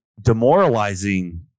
demoralizing